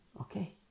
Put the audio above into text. Okay